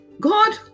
God